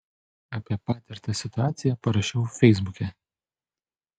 apie patirtą situaciją parašiau feisbuke